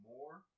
More